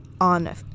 on